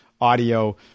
audio